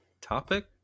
topic